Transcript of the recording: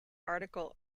article